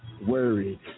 worried